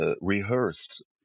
rehearsed